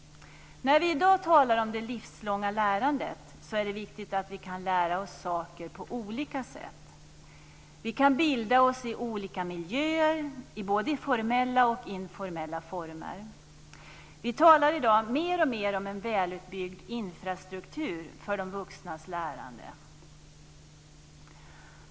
När vi i dag talar om det livslånga lärandet är det viktigt att vi kan lära oss saker på olika sätt. Vi kan bilda oss i olika miljöer, i både formella och informella former. Vi talar i dag mer och mer om en välutbyggd infrastruktur för de vuxnas lärande.